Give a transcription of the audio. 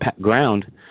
ground